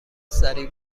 سریع